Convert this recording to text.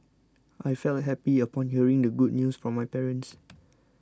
I felt happy upon hearing the good news from my parents